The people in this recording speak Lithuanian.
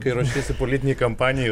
kai ruošiesi politinei kampanijai